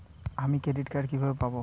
আমি credit card কিভাবে পাবো?